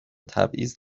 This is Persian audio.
تبعیض